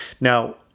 Now